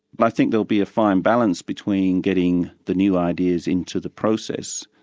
i think there'll be a fine balance between getting the new ideas into the process,